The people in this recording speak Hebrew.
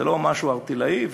זה לא משהו ערטילאי.